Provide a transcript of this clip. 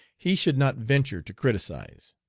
he should not venture to criticise.